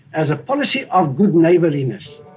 as a policy of good neighborliness.